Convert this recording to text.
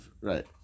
right